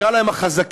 נקרא להם החזקים,